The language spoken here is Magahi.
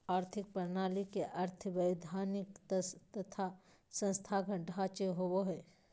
आर्थिक प्रणाली के अर्थ वैधानिक तथा संस्थागत ढांचे होवो हइ